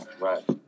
right